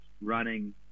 running